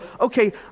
okay